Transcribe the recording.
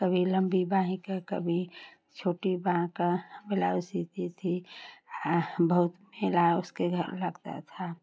कभी लम्बी बांही का कभी छोटी बांह का ब्लाउज सीती थी बहुत मेला उसके घर लगता था